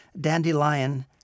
dandelion